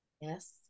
Yes